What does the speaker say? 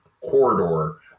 corridor